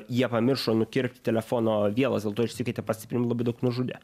jie pamiršo nukirpt telefono vielas dėl to išsikvietė pastiprinimą ir labai daug nužudė